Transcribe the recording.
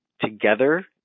together